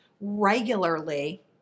regularly